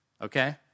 Okay